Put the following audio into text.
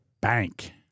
bank